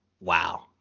Wow